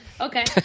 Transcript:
Okay